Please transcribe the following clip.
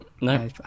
No